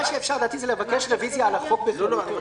אפשר, לדעתי, לבקש רביזיה על החוק בכללותו.